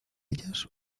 ellas